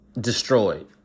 destroyed